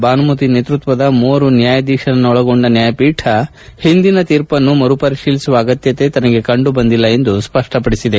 ಭಾನುಮತಿ ನೇತೃತ್ವದ ಮೂವರು ನ್ಕಾಯಾಧೀಶರನ್ನೊಳಗೊಂಡ ನ್ಕಾಯಪೀಠ ಒಂದಿನ ತೀರ್ಪನ್ನು ಮರುಪರಿಶೀಲಿಸುವ ಅಗತ್ಯತೆ ತನಗೆ ಕಂಡು ಬಂದಿಲ್ಲ ಎಂದು ಸ್ಪಷ್ಟಪಡಿಸಿದೆ